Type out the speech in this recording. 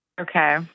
Okay